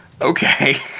okay